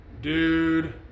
Dude